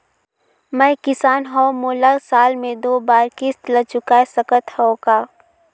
मैं किसान हव मोला साल मे दो बार किस्त ल चुकाय सकत हव का?